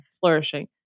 flourishing